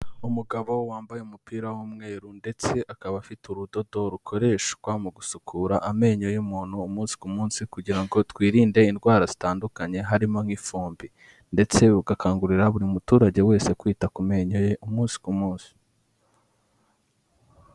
Umugabo wambaye umupira w'umweru ndetse akaba afite urudodo rukoreshwa mu gusukura amenyo y'umuntu, umunsi ku munsi kugira ngo twirinde indwara zitandukanye harimo nk'ifumbi, ndetse ugakangurira buri muturage wese kwita ku menyo ye, umunsi ku munsi.